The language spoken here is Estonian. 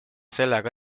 sellega